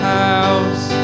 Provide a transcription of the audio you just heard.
house